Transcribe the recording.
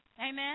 Amen